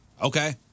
Okay